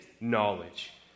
knowledge